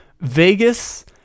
Vegas